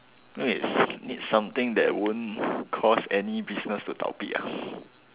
wait need something that won't cause any business to 倒闭 ah